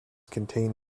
contained